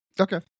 okay